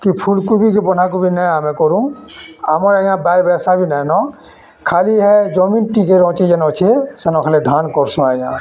କି ଫୁଲ୍କୁବି କି ବନ୍ଧାକୁବି ନାଇଁ ଆମେ କରୁ ଆମର୍ ଆଜ୍ଞା ବାଇବେସା ବି ନାଇଁ ନ ଖାଲି ହେ ଜମିନ୍ ଟିକେରଚେ ଯେନ୍ ଅଛେ ସେନ ଖାଲି ଧାନ୍ କର୍ସୁଁ ଆଜ୍ଞା